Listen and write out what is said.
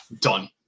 done